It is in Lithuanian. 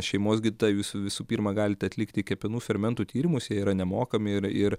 šeimos gydytoją jūs visų pirma galite atlikti kepenų fermentų tyrimus jie yra nemokami ir ir